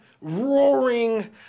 roaring